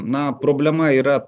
na problema yra